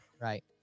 Right